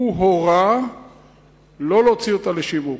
הוא הורה לא להוציא אותה לשיווק.